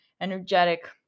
energetic